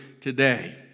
today